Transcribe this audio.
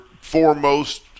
foremost